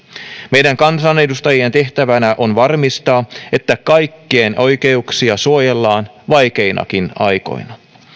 meidän kansanedustajien tehtävänä on varmistaa että kaikkien oikeuksia suojellaan vaikeinakin aikoina